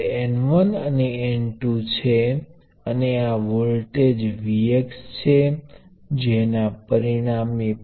તો પછી આ બે ટર્મિનલ્સ વચ્ચેનો વોલ્ટેજ એ RIx આપવામાં આવે છે આ પ્રપોર્શનાલિટી અચળાંક Rm છે